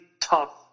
tough